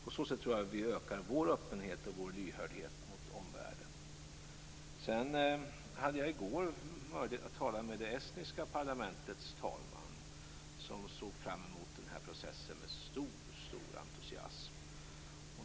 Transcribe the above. På så sätt kan vi öka vår öppenhet och lyhördhet mot omvärlden. Jag hade i går möjlighet att tala med det estniska parlamentets talman, som såg fram mot den här processen med stor entusiasm.